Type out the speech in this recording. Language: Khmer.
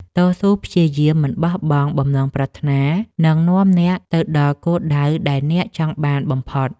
តស៊ូព្យាយាមមិនបោះបង់បំណងប្រាថ្នានឹងនាំអ្នកទៅដល់គោលដៅដែលអ្នកចង់បានបំផុត។